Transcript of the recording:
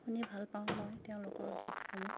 শুনি ভাল পাওঁ মই তেওঁলোকৰ গীতসমূহ